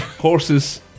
Horses